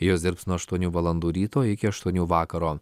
jos dirbs nuo aštuonių valandų ryto iki aštuonių vakaro